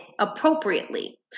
appropriately